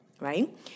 right